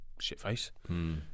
shitface